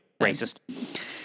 Racist